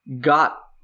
got